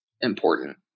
important